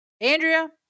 Andrea